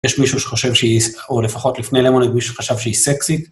יש מישהו שחושב שהיא, או לפחות לפני למונייד, מישהו חשב שהיא סקסית?